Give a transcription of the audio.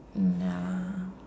mm ya lah